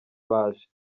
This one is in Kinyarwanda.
baje